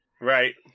Right